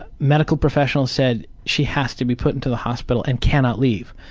medical professionals said she has to be put into the hospital and cannot leave.